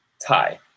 tie